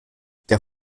der